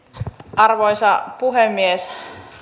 arvoisa puhemies